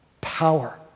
power